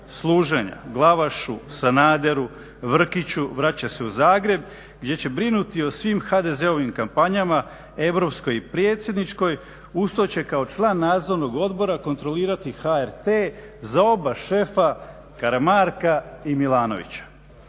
služenja Glavašu, Sanaderu, Vrkiću, vraća se u Zagreb gdje će brinuti o svim HDZ-ovim kampanjama, europskoj i predsjedničkoj. Uz to će kao član Nadzornog odbora kontrolirati HRT za oba šefa Karamarka i Milanovića.